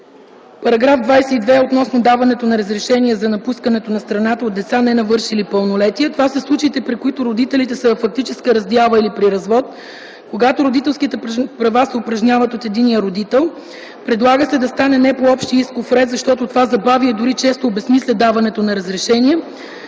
Параграф 22 е относно даването на разрешение за напускането на страната от деца, ненавършили пълнолетие. Това са случаи, при които родителите са във фактическа раздяла или при развод, когато родителските права се упражняват от единия родител. Предлага се да става не по общия исков процес, защото това забавя и дори често обезсмисля даването на разрешение.